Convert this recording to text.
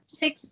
six